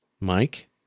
Mike